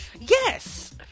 Yes